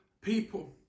People